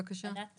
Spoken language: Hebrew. אני מבקש אם אפשר